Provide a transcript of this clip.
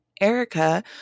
Erica